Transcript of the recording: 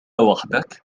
وحدك